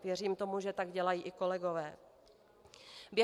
Věřím tomu, že tak dělají i kolegové.